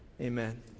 Amen